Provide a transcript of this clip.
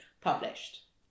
published